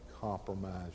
compromise